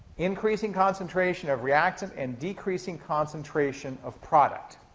increasing concentration of reactant and decreasing concentration of product.